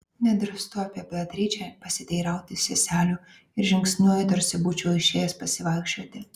nedrįstu apie beatričę pasiteirauti seselių ir žingsniuoju tarsi būčiau išėjęs pasivaikščioti